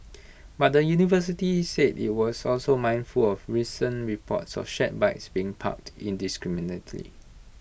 but the university said IT was also mindful of recent reports of shared bikes being parked indiscriminately